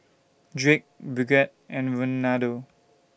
Drake Bridgett and Reinaldo